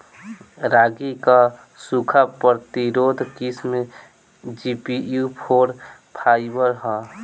रागी क सूखा प्रतिरोधी किस्म जी.पी.यू फोर फाइव ह?